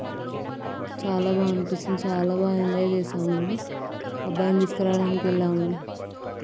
చాలా బాగనిపించింది చాలా బాగా ఎంజాయ్ చేశాము మేము అబ్బాయిని తీసుకోరాడానికి వెళ్ళాము